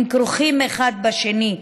כרוכים אחד בשני,